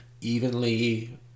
evenly